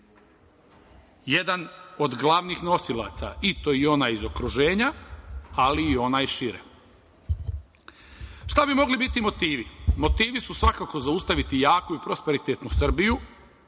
jedan od glavnih nosilaca i to onaj iz okruženja, ali i onaj šire. Šta bi mogli biti motivi? Motivi su svakako zaustaviti jaku i prosperitetnu Srbiju